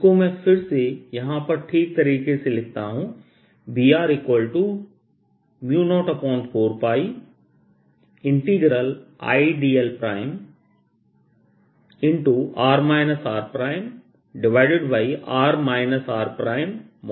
इसको मैं फिर से यहां पर ठीक तरीके से लिखता हूं Br04πIdl×r rr r3